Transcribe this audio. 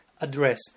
address